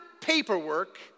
paperwork